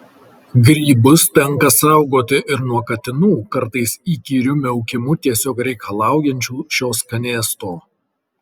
grybus tenka saugoti ir nuo katinų kartais įkyriu miaukimu tiesiog reikalaujančių šio skanėsto